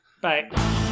bye